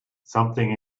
something